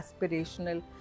aspirational